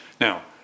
Now